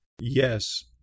Yes